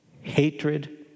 hatred